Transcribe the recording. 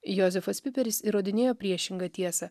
jozefas piperis įrodinėja priešingą tiesą